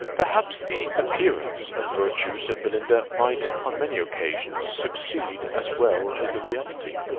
perhaps the appearance of virtue, said belinda, might, on many occasions, succeed as well as the reality.